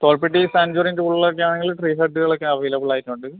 തോൽപ്പെട്ടി സാങ്ചുറിന്റെ ഉള്ളിൽ ഒക്കെ ആണെങ്കിൽ ട്രീ ഹട്ടുകളൊക്കെ അവൈലബിൾ ആയിട്ടുണ്ട്